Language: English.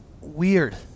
weird